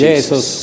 Jesus